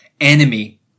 enemy